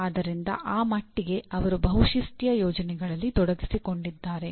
ಆದ್ದರಿಂದ ಆ ಮಟ್ಟಿಗೆ ಅವರು ಬಹುಶಿಸ್ತೀಯ ಯೋಜನೆಗಳಲ್ಲಿ ತೊಡಗಿಸಿಕೊಂಡಿದ್ದಾರೆ